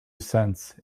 cents